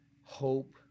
Hope